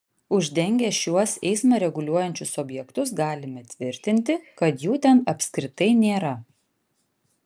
uždengę šiuos eismą reguliuojančius objektus galime tvirtinti kad jų ten apskritai nėra